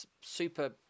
super